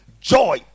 joy